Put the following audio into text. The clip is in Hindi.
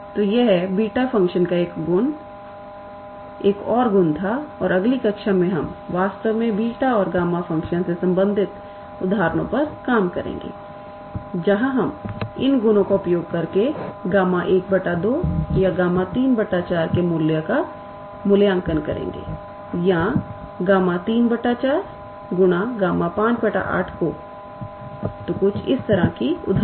तो यह बीटा फ़ंक्शन का एक और गुण था और अगली कक्षा में हम वास्तव में बीटा और गामा फ़ंक्शन से संबंधित उदाहरणों पर काम करेंगे जहां हम इन गुणों का उपयोग करके Γ 12 या Γ 3 4 के मूल्य का मूल्यांकन करेंगे या Γ 34 गुना Γ 58 को तो कुछ इस तरह की उदाहरण